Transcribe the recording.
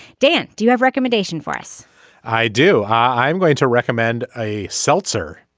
dan do you have recommendation for us i do. hi. i'm going to recommend a seltzer.